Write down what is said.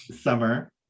Summer